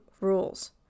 rules